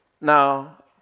Now